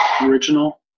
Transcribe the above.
Original